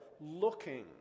looking